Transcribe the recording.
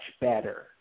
better